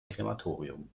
krematorium